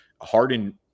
Harden